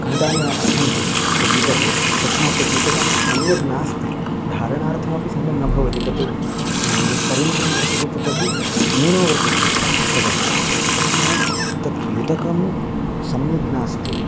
खण्डानि सन्ति तद्युतके तस्मात् तद्युतकं सम्यक् नास्ति धारणार्थमपि सम्यक् न भवति तत् यद् परिमाणं वर्तते तदपि न्यूनो वर्तते तद्युतकस्य तस्मात् तद् युतकं सम्यक् नास्ति